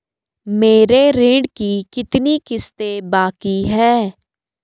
मेरे ऋण की कितनी किश्तें बाकी हैं?